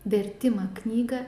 vertimą knygą